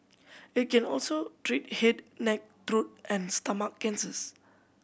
it can also treat head neck throat and stomach cancers